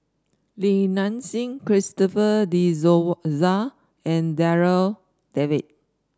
Li Nanxing Christopher De Souza and Darryl David